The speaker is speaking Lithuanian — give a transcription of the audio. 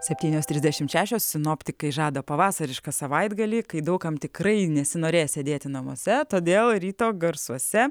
septynios trisdešimt šešios sinoptikai žada pavasarišką savaitgalį kai daug kam tikrai nesinorės sėdėti namuose todėl ryto garsuose